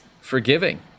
forgiving